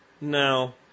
no